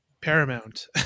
paramount